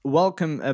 welcome